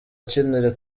akinira